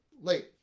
late